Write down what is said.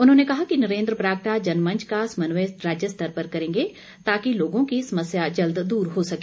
उन्होंने कहा कि नरेंद्र बरागटा जनमंच का समन्वय राज्य स्तर पर करेंगे ताकि लोगों की समस्या जल्द दूर हो सके